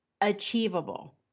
achievable